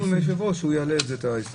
היושב-ראש יעלה את ההסתייגות.